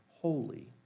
Holy